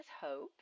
hope